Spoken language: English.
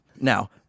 Now